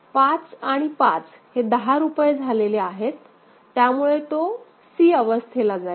त्यामुळे तो c अवस्थेला जाईल